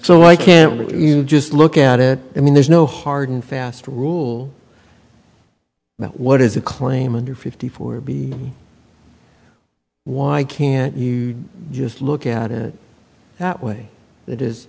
so why can't you just look at it i mean there's no hard and fast rule about what is a claim under fifty four b why can't you just look at it that way that is